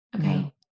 Okay